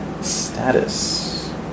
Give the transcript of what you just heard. Status